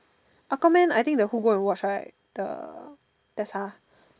Aquaman I think the who go and watch right the Tessa